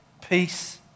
peace